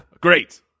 Great